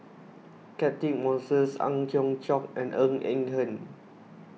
Catchick Moses Ang Hiong Chiok and Ng Eng Hen